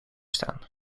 staan